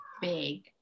big